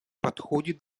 подходит